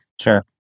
Sure